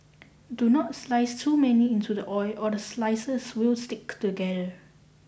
do not slice too many into the oil or the slices will stick together